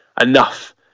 enough